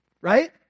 right